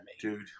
dude